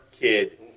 kid